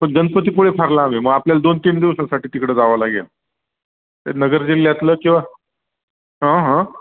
पण गणपतीपुळे फार लांब आहे मग आपल्याला दोनतीन दिवसांसाठी तिकडं जावं लागेल तर नगर जिल्ह्यातलं किंवा हां हां